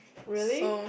really